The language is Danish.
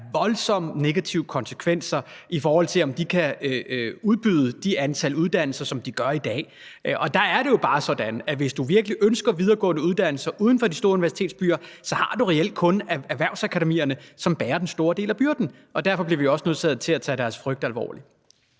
voldsomme negative konsekvenser, i forhold til om de kan udbyde det antal uddannelser, som de gør i dag. Der er det jo bare sådan, at hvis du virkelig ønsker videregående uddannelser uden for de store universitetsbyer, så har du reelt kun erhvervsakademierne, som bærer den store del af byrden. Derfor bliver vi også nødsaget til at tage deres frygt alvorligt.